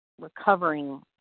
recovering